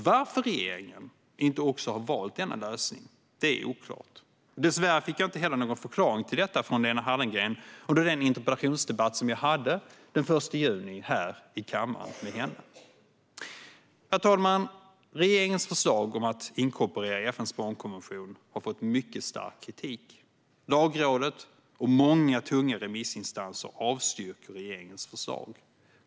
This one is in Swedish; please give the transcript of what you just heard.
Varför regeringen inte också har valt denna lösning är oklart, och dessvärre fick jag inte heller någon förklaring till detta från Lena Hallengren under den interpellationsdebatt jag hade med henne den 1 juni här i kammaren. Herr talman! Regeringens förslag om att inkorporera FN:s barnkonvention har fått mycket stark kritik. Lagrådet och många tunga remissinstanser avstyrker regeringens förslag.